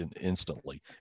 instantly